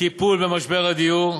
טיפול במשבר הדיור,